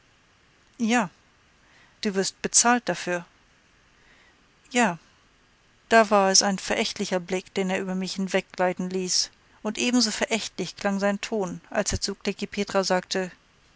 ja du wirst bezahlt dafür ja da war es ein verächtlicher blick den er über mich hinweggleiten ließ und ebenso verächtlich klang sein ton als er zu klekih petra sagte